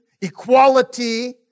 equality